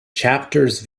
chapters